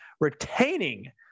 retaining